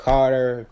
Carter